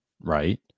right